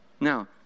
Now